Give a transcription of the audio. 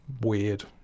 weird